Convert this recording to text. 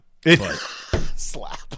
Slap